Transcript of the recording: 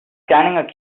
scanning